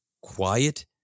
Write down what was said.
quiet